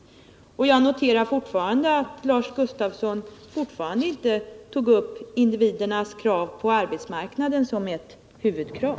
Och jag noterar att Lars Gustafsson fortfarande inte tog upp individernas krav på arbetsmarknaden som ett huvudkrav.